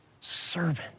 servant